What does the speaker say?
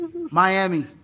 Miami